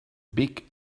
big